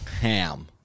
ham